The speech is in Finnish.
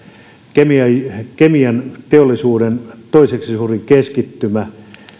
kemianteollisuuden toiseksi suurin keskittymä